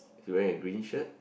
is he wearing a green shirt